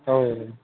होय